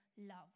love